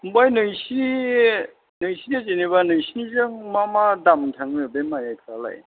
ओमफाय नोंसिनि नोंसिनि जेनेबा नोंसिनिजों मा मा दाम थाङो बे माइफ्रालाय